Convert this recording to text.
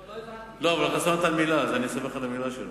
יואל חסון נתן מלה, אני סומך על המלה שלו.